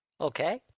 Okay